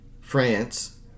France